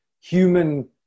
human